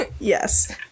Yes